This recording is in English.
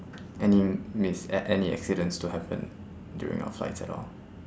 any mis~ a~ any accidents to happen during our flights at all